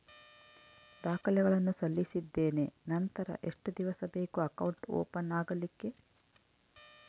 ದಾಖಲೆಗಳನ್ನು ಸಲ್ಲಿಸಿದ್ದೇನೆ ನಂತರ ಎಷ್ಟು ದಿವಸ ಬೇಕು ಅಕೌಂಟ್ ಓಪನ್ ಆಗಲಿಕ್ಕೆ?